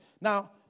Now